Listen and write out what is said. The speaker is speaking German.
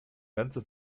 ganze